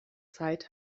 zeit